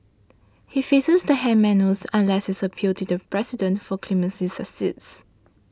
he faces the hangman's noose unless his appeal to the President for clemency succeeds